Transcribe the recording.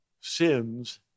sins